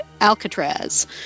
Alcatraz